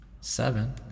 seven